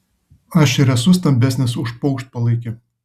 aš ir esu stambesnis už paukštpalaikį